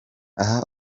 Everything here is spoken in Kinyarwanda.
aha